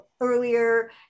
earlier